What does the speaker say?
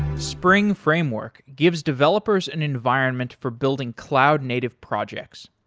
spring framework gives developers an environment for building cloud native projects.